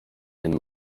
tym